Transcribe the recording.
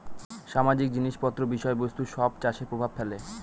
সামাজিক জিনিস পত্র বিষয় বস্তু সব চাষে প্রভাব ফেলে